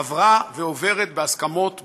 עברה ועוברת בהסכמות בין-לאומיות,